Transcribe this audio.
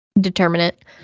determinant